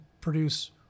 produce